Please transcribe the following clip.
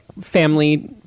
family